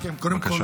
בבקשה.